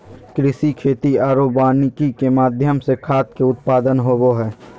कृषि, खेती आरो वानिकी के माध्यम से खाद्य के उत्पादन होबो हइ